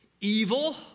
evil